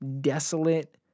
desolate